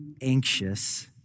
anxious